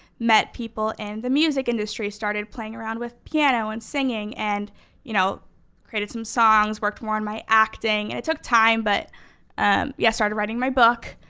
met people in and the music industry, started playing around with piano and singing and you know created some songs, worked more on my acting and it took time but yeah, started writing my book.